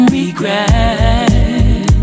regret